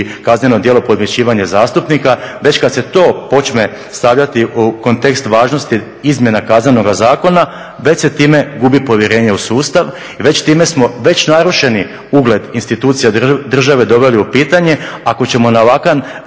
kazneno djelo podmićivanje zastupnika. Već kad se to počne stavljati u kontekst važnosti izmjena Kaznenoga zakona, već se time gubi povjerenje u sustav i već time smo već narušeni ugled institucija države doveli u pitanje ako ćemo na ovakav